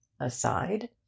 Aside